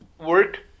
work